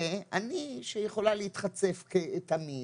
אני, שיכולה להתחצף תמיד,